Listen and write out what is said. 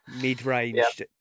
mid-range